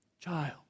child